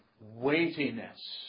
weightiness